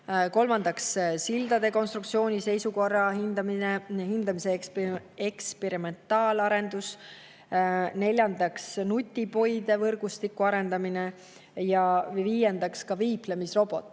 kolmandaks, sildade konstruktsiooni seisukorra hindamise eksperimentaalarendus; neljandaks, nutipoide võrgustiku arendamine; ja viiendaks, viiplemisrobot,